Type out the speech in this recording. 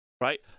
Right